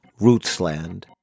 Rootsland